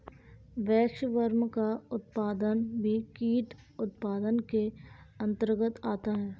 waxworm का उत्पादन भी कीट उत्पादन के अंतर्गत आता है